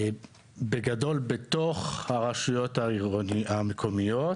בגדול בתוך הרשויות המקומיות